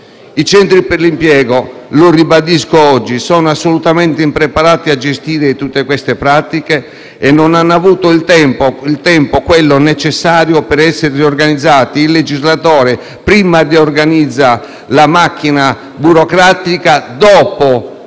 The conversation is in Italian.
I centri per l'impiego - lo ribadisco oggi - sono assolutamente impreparati a gestire tutte queste pratiche e non hanno avuto il tempo necessario per riorganizzarsi. Il legislatore deve prima riorganizzare la macchina burocratica e solo